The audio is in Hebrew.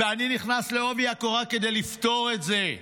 ואני נכנס בעובי הקורה כדי לפתור את זה.